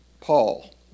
Paul